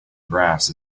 graphs